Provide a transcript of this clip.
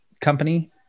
company